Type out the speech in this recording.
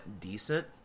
decent